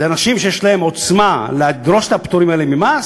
אלה אנשים שיש להם עוצמה לדרוש את הפטורים האלה במס,